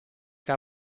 che